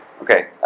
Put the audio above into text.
Okay